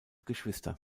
geschwister